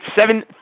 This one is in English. seven